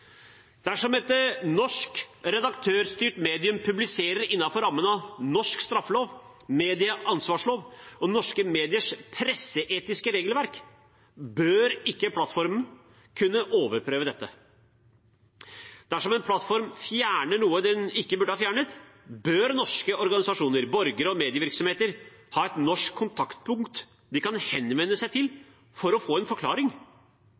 Dersom et norsk redaktørstyrt medium publiserer innenfor rammene av norsk straffelov, medieansvarsloven og norske mediers presseetiske regelverk, bør ikke plattformen kunne overprøve dette. Dersom en plattform fjerner noe den ikke burde ha fjernet, bør norske organisasjoner, borgere og medievirksomheter ha et norsk kontaktpunkt de kan henvende seg til for å få en forklaring.